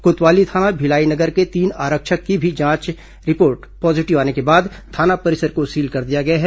कोतवाली थाना भिलाई नगर के तीन आरक्षक की भी जांच रिपोर्ट पॉजीटिव आने के बाद थाना परिसर को सील कर दिया गया है